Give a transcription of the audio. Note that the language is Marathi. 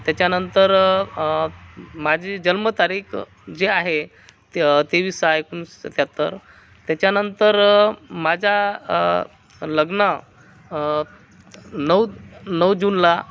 त्याच्यानंतर माझी जन्मतारीख जी आहे त तेवीस सहा एकोणीसशे सत्त्याहत्तर त्याच्यानंतर माझ्या लग्न नऊ नऊ जूनला